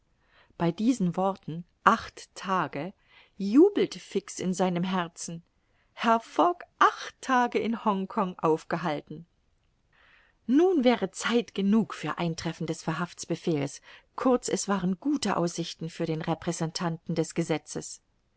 bei diesen worten acht tage jubelte fix in seinem herzen herr fogg acht tage in hongkong aufgehalten nun wäre zeit genug für eintreffen des verhaftsbefehles kurz es waren gute aussichten für den repräsentanten des gesetzes